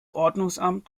ordnungsamt